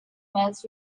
was